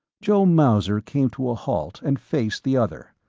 joe mauser came to a halt and faced the other.